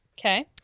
Okay